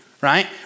right